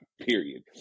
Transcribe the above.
period